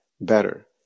better